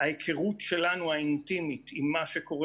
ההיכרות שלנו האינטימית עם מה שקורה